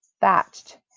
thatched